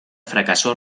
fracasó